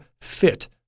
fit